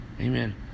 Amen